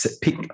pick